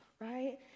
right